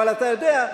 אבל אתה יודע,